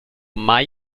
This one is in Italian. mai